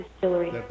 Distillery